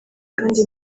kandi